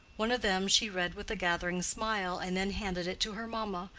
one of them she read with a gathering smile, and then handed it to her mamma,